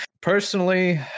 Personally